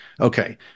Okay